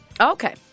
okay